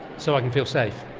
so i can feel safe?